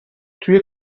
توی